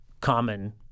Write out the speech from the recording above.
common